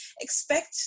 Expect